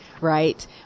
right